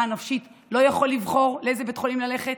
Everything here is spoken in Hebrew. נפשית לא יכול לבחור לאיזה בית חולים ללכת?